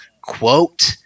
quote